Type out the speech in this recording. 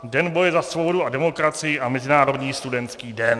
Den boje za svobodu a demokracii a Mezinárodní studentský den.